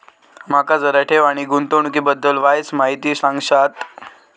माका जरा ठेव आणि गुंतवणूकी बद्दल वायचं माहिती सांगशात?